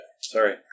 Sorry